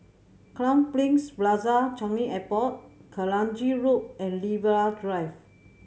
Crowne Plaza Changi Airport Kranji Loop and Libra Drive